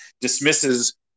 dismisses